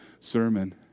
sermon